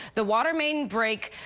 the water main break,